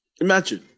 Imagine